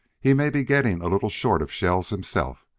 he may be getting a little short of shells himself,